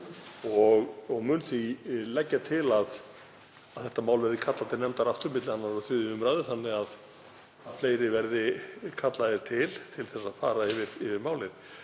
og mun því leggja til að þetta mál verði kallað til nefndar aftur milli 2. og 3. umr. þannig að fleiri verði kallaðir til til að fara yfir málið.